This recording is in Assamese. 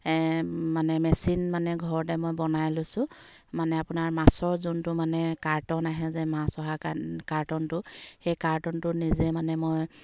মানে মেচিন মানে ঘৰতে মই বনাই লৈছোঁ মানে আপোনাৰ মাছৰ যোনটো মানে কাৰ্টন আহে যে মাছ অহা কাৰ্টনটো সেই কাৰ্টনটো নিজে মানে মই